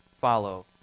follow